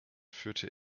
führte